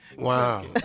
Wow